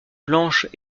blanche